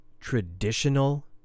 traditional